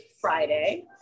Friday